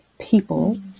people